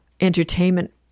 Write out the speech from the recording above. entertainment